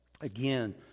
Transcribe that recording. Again